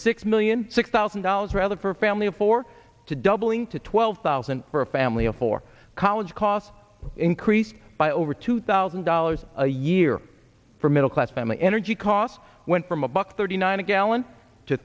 six million six thousand dollars look for a family of four to doubling to twelve thousand for a family of four college costs increased by over two thousand dollars a year for middle class family energy costs went from a buck thirty nine a gallon to